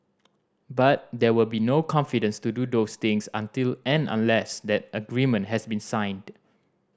but there will be no confidence to do those things until and unless that agreement has been signed